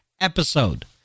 episode